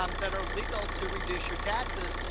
um that are legal to reduce your taxes.